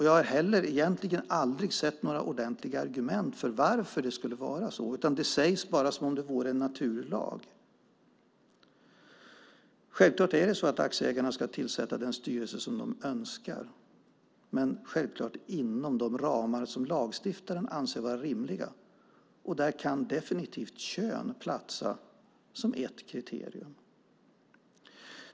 Jag har egentligen heller aldrig sett några ordentliga argument för varför det skulle vara så. Det sägs bara som om det vore en naturlag. Självklart ska aktieägarna tillsätta den styrelse som de önskar, men inom de ramar som lagstiftaren anser vara rimliga. Där kan definitivt kön platsa som ett kriterium.